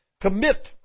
Commit